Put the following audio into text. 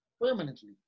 permanently